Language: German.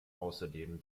außerdem